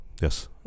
Yes